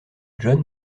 john